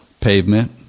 Pavement